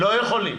לא יכולים.